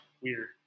weird